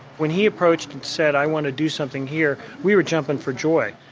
when he approached and said, i want to do something here we were jumping for joy,